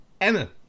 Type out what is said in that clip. Emma